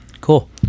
cool